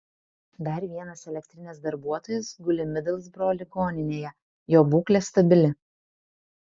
dar vienas elektrinės darbuotojas guli midlsbro ligoninėje jo būklė stabili